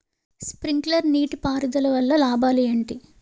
Sprinkler నీటిపారుదల వల్ల లాభాలు ఏంటి?